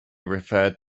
referred